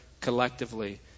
collectively